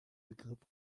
begriff